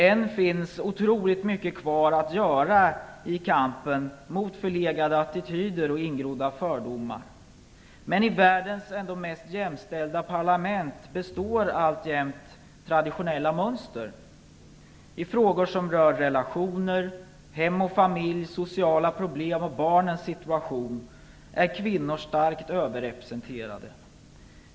Än finns det otroligt mycket att göra i kampen mot förlegade attityder och ingrodda fördomar. I världens mest jämställda parlament består alltså traditionella mönster. I frågor som rör relationer, hem och familj, sociala problem och barnens situation är kvinnor starkt överrepresenterade.